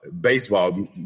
baseball